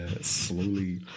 slowly